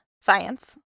science